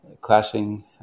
clashing